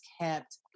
kept